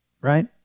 right